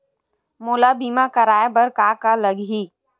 मोला बीमा कराये बर का का लगही?